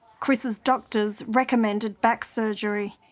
chris's doctors recommended back surgery.